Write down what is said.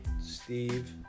Steve